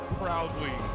proudly